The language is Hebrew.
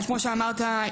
כמו שאמרת,